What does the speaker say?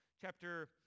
chapter